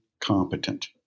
competent